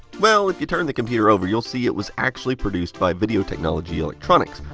well, if you turn the computer over you'll see it was actually produced by video technology electronics,